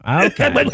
okay